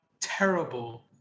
terrible